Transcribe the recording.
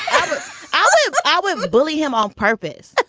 i ah like i was bullied him on purpose.